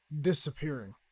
disappearing